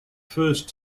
first